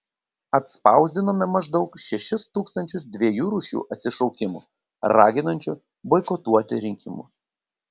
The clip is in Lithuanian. atspausdinome maždaug šešis tūkstančius dviejų rūšių atsišaukimų raginančių boikotuoti rinkimus